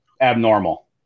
abnormal